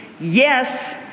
yes